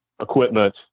equipment